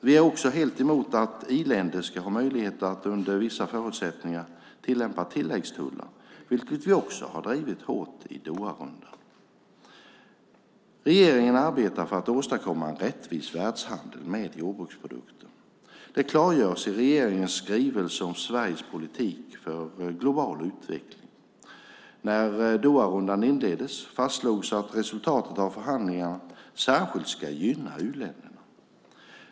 Vi är också helt emot att i-länder ska ha möjligheten att under vissa förutsättningar tillämpa tilläggstullar, vilket vi också har drivit hårt i Doharundan. Regeringen arbetar för att åstadkomma en rättvis världshandel med jordbruksprodukter. Det klargörs i regeringens skrivelse om Sveriges politik för global utveckling. När Doharundan inleddes fastslogs att resultatet av förhandlingarna särskilt ska gynna u-länderna.